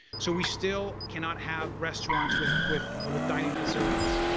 so we still cannot have restaurants with with with dining facilities,